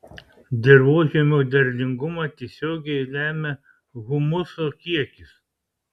dirvožemio derlingumą tiesiogiai lemia humuso kiekis